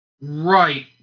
Right